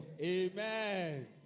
Amen